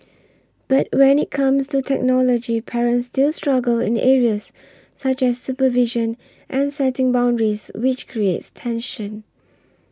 but when it comes to technology parents still struggle in areas such as supervision and setting boundaries which creates tension